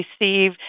receive